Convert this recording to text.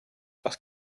parce